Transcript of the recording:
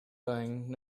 thing